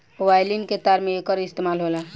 violin के तार में एकर इस्तेमाल होला